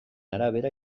arabera